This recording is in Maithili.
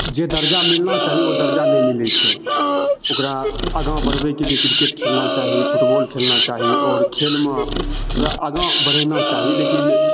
जे दर्जा मिलना चाही ओ दर्जा नहि मिलय छै ओकरा आगा बढ़बयके लिये क्रिकेट खेलना चाही फुटबॉल खेलना चाही आओर खेलमे ओकरा आगा बढ़ेना चाही लेकिन